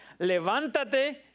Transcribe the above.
levántate